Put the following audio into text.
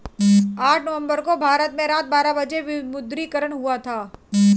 आठ नवम्बर को भारत में रात बारह बजे विमुद्रीकरण हुआ था